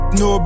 no